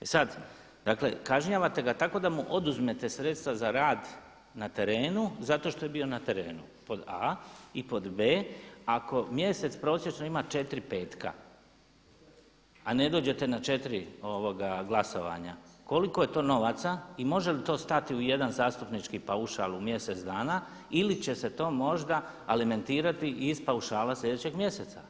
E sad, dakle kažnjavate ga tako da mu oduzmete sredstva za rad na terenu zato što je bio na terenu pod a. I pod b, ako mjesec prosječno ima 4 petka, a ne dođete na 4 glasovanja koliko je to novaca i može li to stati u jedan zastupnički paušal u mjesec dana ili će se to možda alimentirati iz paušala sljedećeg mjeseca.